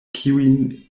kiujn